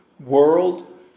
World